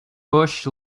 bush